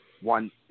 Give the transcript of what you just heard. one